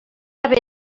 haver